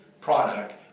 product